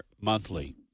monthly